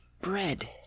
bread